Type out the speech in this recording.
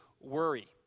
worry